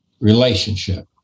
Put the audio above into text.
relationship